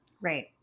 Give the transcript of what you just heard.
Right